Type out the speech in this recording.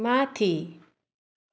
माथि